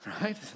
right